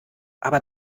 aber